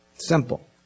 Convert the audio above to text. Simple